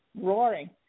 roaring